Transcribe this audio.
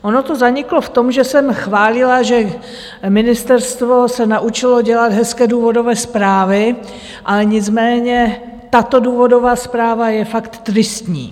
Ono to zaniklo v tom, že jsem chválila, že ministerstvo se naučilo dělat hezké důvodové zprávy, ale nicméně tato důvodová zpráva je fakt tristní.